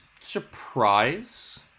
surprise